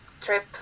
trip